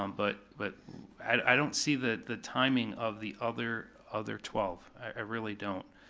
um but but i don't see the the timing of the other other twelve. i really don't.